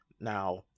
Now